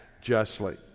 justly